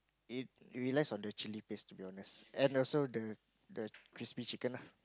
it relies on the chili paste to be honest and also the the crispy chicken lah